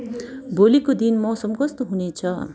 भोलिको दिन मौसम कस्तो हुने छ